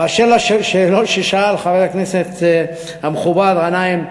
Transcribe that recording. באשר לשאלות ששאל חבר הכנסת המכובד גנאים,